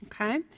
Okay